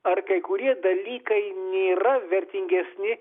ar kai kurie dalykai nėra vertingesni